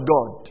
God